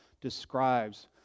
describes